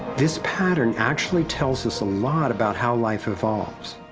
this pattern actually tells us a lot about how life evolves.